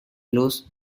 luz